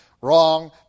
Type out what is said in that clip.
wrong